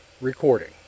recording